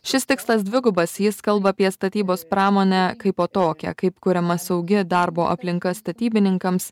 šis tikslas dvigubas jis kalba apie statybos pramonę kaipo tokią kaip kuriama saugi darbo aplinka statybininkams